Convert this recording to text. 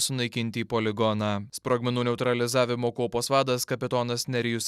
sunaikinti į poligoną sprogmenų neutralizavimo kuopos vadas kapitonas nerijus